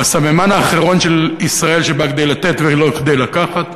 הוא הסממן האחרון של ישראל שבאה כדי לתת ולא כדי לקחת.